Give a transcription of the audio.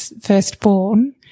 firstborn